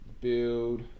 build